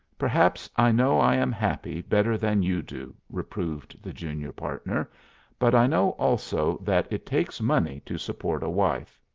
perhaps i know i am happy better than you do, reproved the junior partner but i know also that it takes money to support a wife.